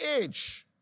age